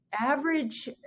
average